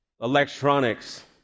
electronics